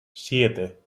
siete